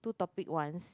two topic once